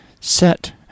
set